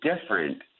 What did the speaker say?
different